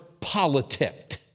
politicked